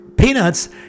Peanuts